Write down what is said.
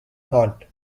hut